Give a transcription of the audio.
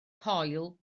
coil